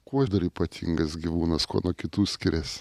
kuo dar ypatingas gyvūnas kuo nuo kitų skirias